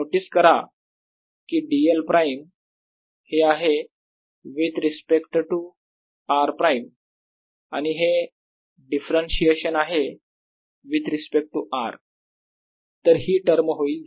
notice करा कि dl prime हे आहे with respect to r prime आणि हे डिफरन्शिएशन आहे विथ रिस्पेक्ट टू r तर ही टर्म होईल 0